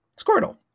Squirtle